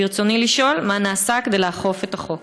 ברצוני לשאול: מה נעשה כדי לאכוף את החוק?